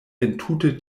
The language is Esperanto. entute